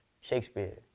Shakespeare